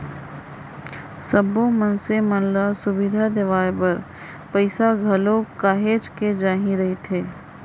सब्बो मनसे मन ल सुबिधा देवाय बर पइसा घलोक काहेच के चाही रहिथे